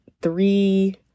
three